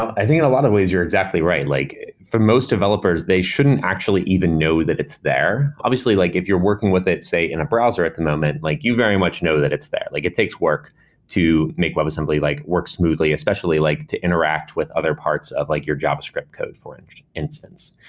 i think in a lot of ways you're exactly right. like for for most developers, they shouldn't actually even know that it's there. obviously, like if you're working with it, say, in a browser at the moment, like you very much know that it's there. like it takes work to make web assembly like work smoothly, especially like to interact with other parts of like your javascript code, for instance.